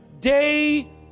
day